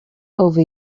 over